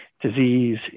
disease